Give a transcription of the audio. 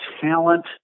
talent